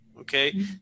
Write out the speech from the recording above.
okay